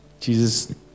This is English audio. Jesus